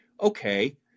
okay